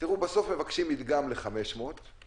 שבסוף מבקשים מדגם ל-500,